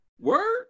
Word